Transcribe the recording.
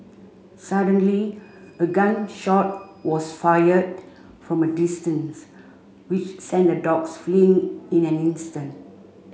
suddenly a gun shot was fired from a distance which sent the dogs fleeing in an instant